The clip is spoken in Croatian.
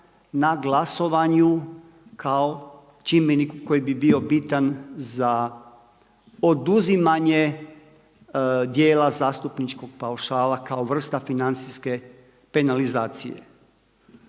na glasovanju kao čimbeniku koji bi bio bitan za oduzimanje dijela zastupničkog paušala kao vrsta financijske penalizacije.